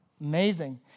Amazing